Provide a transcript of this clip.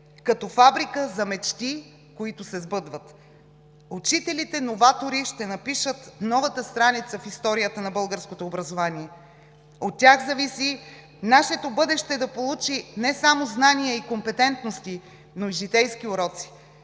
като фабрика за мечти, които се сбъдват. Учителите-новатори ще напишат новата страница в историята на българското образование. От тях зависи нашето бъдеще да получи не само знания и компетентности, но и житейски уроци,